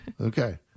Okay